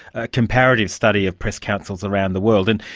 a comparative study of press councils around the world, and,